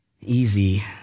easy